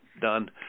done